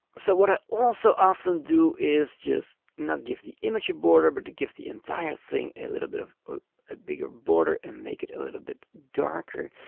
so what i also often do is is just not give the image a border but to give the entire thing a little bit of a bigger border and make it a little bit darker.